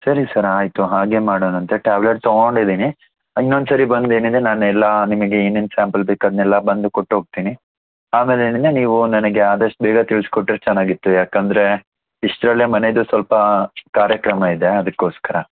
ಸರಿ ಸರ್ ಆಯಿತು ಹಾಗೇ ಮಾಡೋಣಂತೆ ಟ್ಯಾಬ್ಲೆಟ್ ತಗೊಂಡಿದ್ದೀನಿ ಇನ್ನೊಂದು ಸರಿ ಬಂದು ಏನಿದೆ ನಾನು ಎಲ್ಲ ನಿಮಗೆ ಏನೇನು ಸ್ಯಾಂಪಲ್ ಬೇಕು ಅದನ್ನೆಲ್ಲ ಬಂದು ಕೊಟ್ಹೋಗ್ತೀನಿ ಆಮೇಲೆ ಏನಿದೆ ನೀವು ನನಗೆ ಆದಷ್ಟು ಬೇಗ ತಿಳ್ಸ್ಕೊಟ್ರೆ ಚೆನ್ನಾಗಿತ್ತು ಯಾಕೆಂದರೆ ಇಷ್ಟರಲ್ಲೇ ಮನೆಯದು ಸ್ವಲ್ಪ ಕಾರ್ಯಕ್ರಮ ಇದೆ ಅದಕ್ಕೋಸ್ಕರ